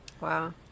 wow